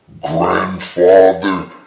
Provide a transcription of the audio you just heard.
grandfather